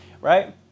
right